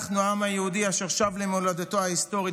אנחנו העם היהודי אשר שב למולדתו ההיסטורית